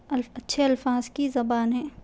الف اچھے الفاظ کی زبان ہے